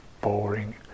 boring